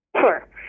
Sure